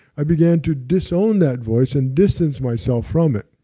i began to disown that voice and distance myself from it.